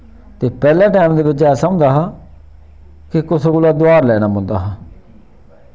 ते पैह्ले टैम दे बिच ऐसा होंदा हा कि कुसै कोला दोहार लैना पौंदा हा